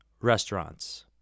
Restaurants